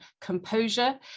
composure